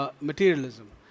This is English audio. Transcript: materialism